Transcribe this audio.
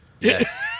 Yes